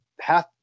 half